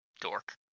Dork